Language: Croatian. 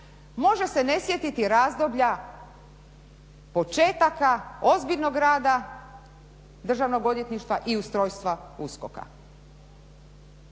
može se ne sjetiti razdoblja početaka ozbiljnog rada Državnog odvjetništva i ustrojstva USKOK-a,